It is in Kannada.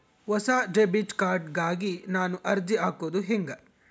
ಹೊಸ ಡೆಬಿಟ್ ಕಾರ್ಡ್ ಗಾಗಿ ನಾನು ಅರ್ಜಿ ಹಾಕೊದು ಹೆಂಗ?